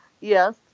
Yes